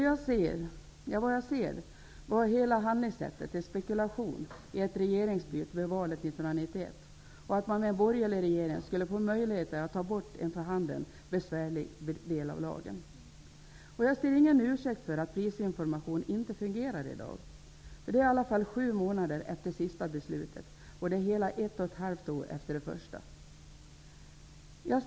Såvitt jag kan se var hela handlingssättet en spekulation i ett regeringsbyte vid valet 1991 -- i att man med en borgerlig regering skulle få möjlighet att ta bort en för handeln besvärlig del av lagen. Jag ser ingen ursäkt för att prisinformationen i dag inte fungerar. Det har ändå gått sju månader sedan det senaste beslutet fattades, och det har gått hela ett och ett halvt år sedan det första beslutet fattades.